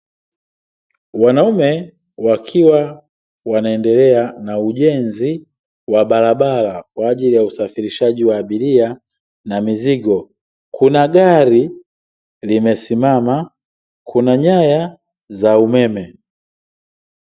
Wanaume wakiwa wanaendelea na ujenzi wa barabara ya usafirishaji wa abiria na mizigo. Kuna gari limesimama. Kuna nyaya za umeme.